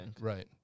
Right